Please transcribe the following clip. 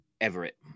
everett